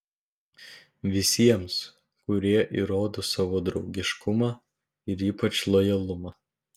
visiems kurie įrodo savo draugiškumą ir ypač lojalumą